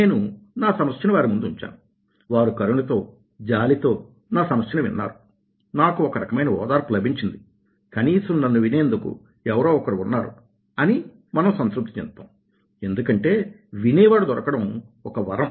నేను నా సమస్యని వారి ముందుంచాను వారు కరుణతో జాలితో నా సమస్యని విన్నారు నాకు ఒక రకమైన ఓదార్పు లభించింది కనీసం నన్ను వినేందుకు ఎవరో ఒకరు ఉన్నారు అని మనం సంతృప్తి చెందుతాం ఎందుకంటే వినేవాడు దొరకడం ఒక వరం